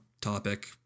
topic